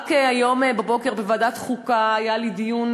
רק היום בבוקר היה לי דיון